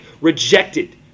rejected